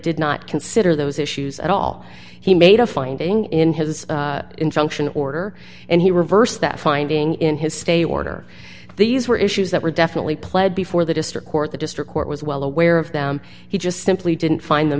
did not consider those issues at all he made a finding in his injunction order and he reversed that finding in his state order these were issues that were definitely pled before the district court the district court was well aware of them he just simply didn't find them